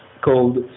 called